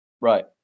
Right